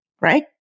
right